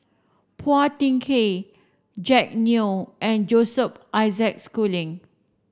Phua Thin Kiay Jack Neo and Joseph Isaac Schooling